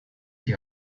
die